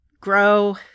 grow